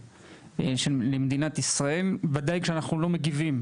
הגאווה של מדינת ישראל היא העלייה למדינת ישראל,